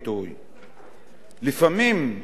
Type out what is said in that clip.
לפעמים היית יכול לומר: